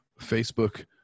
Facebook